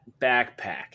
backpack